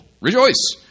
Rejoice